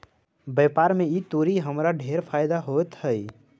व्यापार में ई तुरी हमरा ढेर फयदा होइत हई